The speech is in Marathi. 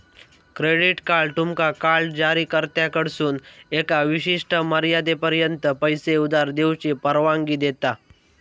क्रेडिट कार्ड तुमका कार्ड जारीकर्त्याकडसून एका विशिष्ट मर्यादेपर्यंत पैसो उधार घेऊची परवानगी देता